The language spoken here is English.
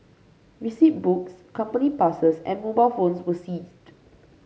receipt books company passes and mobile phones were seized